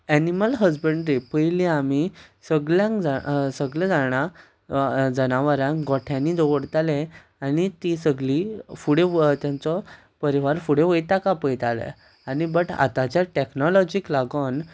animal husbandry पयली आमी सगळ्यांक सगळे जाणां जनावरांक गोठ्यांनी दवरताले आनी ती सगली फुडें तांचो परिवार फुडें वयता काय पळयताले आनी बट आतांच्या टॅक्नोलोजीक लागून